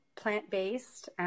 plant-based